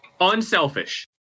Unselfish